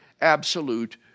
absolute